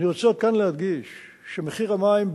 אני רוצה עוד כאן להדגיש שמחיר המים,